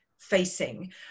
facing